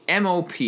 MOP